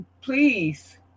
Please